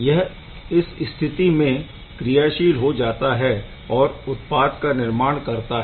यह इस स्थिति में क्रियाशील हो जाता है और उत्पाद का निर्माण करता है